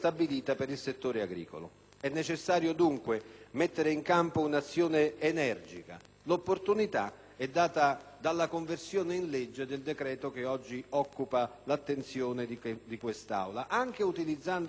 È necessario dunque mettere in campo un'azione energica e l'opportunità è data dalla conversione in legge del decreto che oggi occupa l'attenzione di questa Assemblea. Ciò, anche utilizzando qualche spunto - come ho detto in